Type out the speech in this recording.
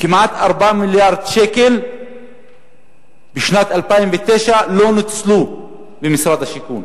כמעט 4 מיליארד שקל לא נוצלו במשרד השיכון